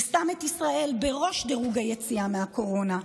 ושם את ישראל בראש דירוג היציאה מהקורונה.